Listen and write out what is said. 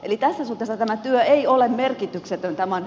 eli tässä suhteessa tämä työ ei ole merkityksetön